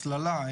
הסללה,